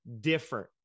different